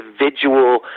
individual